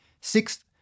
Sixth